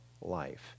life